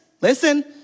Listen